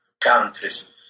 countries